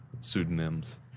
pseudonyms